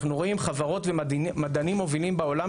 אנחנו רואים חברות ומדענים מובילים בעולם